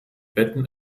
betten